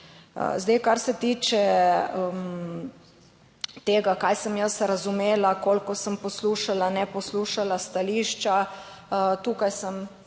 Zdaj, kar se tiče tega kaj sem jaz razumela, kolikor sem poslušala, ne poslušala stališča tukaj sem